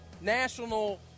National